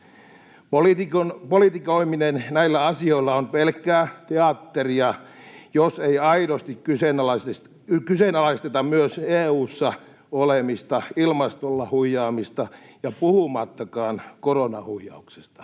Politikoiminen näillä asioilla on pelkkää teatteria, jos ei aidosti kyseenalaisteta myös EU:ssa olemista ja ilmastolla huijaamista — koronahuijauksesta